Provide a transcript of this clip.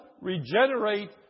regenerate